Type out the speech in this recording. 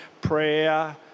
prayer